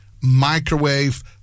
microwave